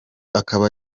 akaba